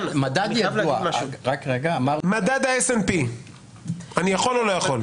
מדד ידוע --- להצמיד למדד ה- S&Pאני יכול או לא יכול?